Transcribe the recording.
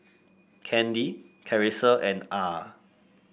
Kandi Karissa and Ah